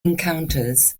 encounters